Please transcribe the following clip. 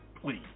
please